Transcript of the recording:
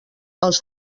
els